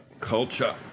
culture